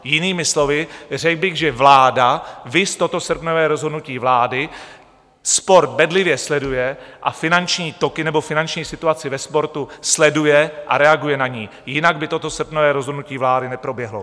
Jinými slovy, řekl bych, že vláda, viz toto srpnové rozhodnutí vlády, sport bedlivě sleduje a finanční toky nebo finanční situaci ve sportu sleduje a reaguje na ni, jinak by toto srpnové rozhodnutí vlády neproběhlo.